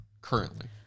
currently